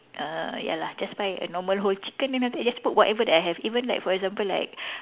err ya lah just buy a normal whole chicken and then just put whatever that I have even like for example like